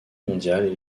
mondial